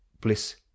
Bliss